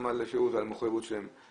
גם על השירות ועל המחויבות שלהם.